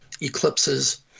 eclipses